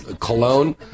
cologne